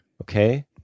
Okay